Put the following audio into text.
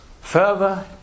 further